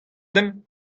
deomp